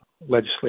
legislative